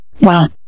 Wow